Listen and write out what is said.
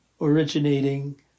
originating